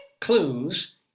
clues